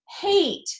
hate